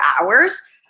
hours